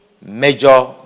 major